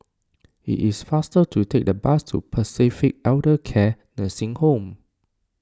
it is faster to take the bus to Pacific Elder Care Nursing Home